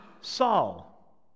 Saul